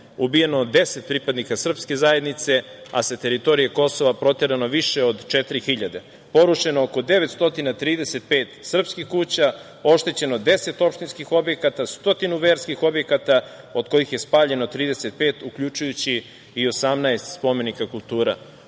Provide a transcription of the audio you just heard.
ubijeno 10 pripadnika srpske zajednice, a sa teritorije Kosova proterano više od 4.000, porušeno oko 935 srpskih kuća, oštećeno 10 opštinskih objekata, stotinu verskih objekata, od kojih je spaljeno 35, uključujući i 18 spomenika kulture. Voleo